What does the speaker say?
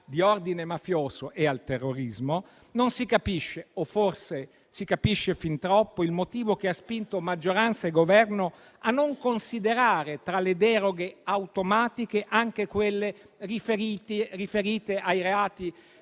di ordine mafioso e al terrorismo, non si capisce, o forse si capisce fin troppo, il motivo che ha spinto maggioranza e Governo a non considerare, tra le deroghe automatiche, anche quelle riferiti riferite